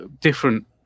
different